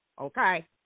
okay